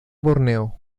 borneo